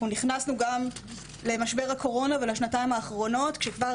אנחנו נכנסנו למשבר הקורונה ולשנתיים האחרונות כשכבר